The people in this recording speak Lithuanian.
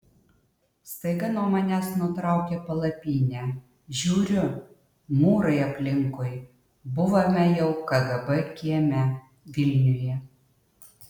staiga nuo manęs nutraukė palapinę žiūriu mūrai aplinkui buvome jau kgb kieme vilniuje